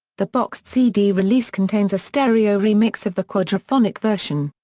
the boxed cd release contains a stereo remix of the quadrophonic version.